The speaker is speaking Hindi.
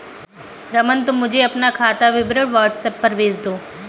रमन, तुम मुझे अपना खाता विवरण व्हाट्सएप पर भेज दो